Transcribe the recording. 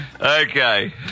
Okay